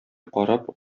карап